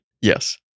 Yes